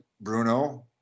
Bruno